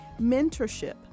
Mentorship